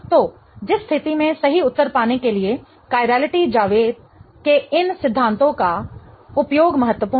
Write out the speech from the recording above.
तो जिस स्थिति में सही उत्तर पाने के लिए कायरलिटी के इन सिद्धांतों का उपयोग महत्वपूर्ण है